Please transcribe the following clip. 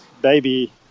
baby